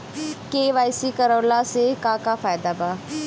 KYC करवला से का का फायदा बा?